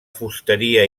fusteria